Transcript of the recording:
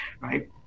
right